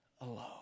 alone